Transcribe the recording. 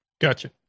Gotcha